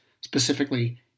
specifically